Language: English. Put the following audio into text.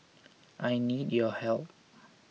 I need your help